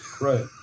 Right